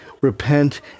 Repent